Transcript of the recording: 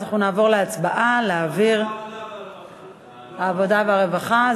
אנחנו נעבור להצבעה, לוועדת העבודה והרווחה.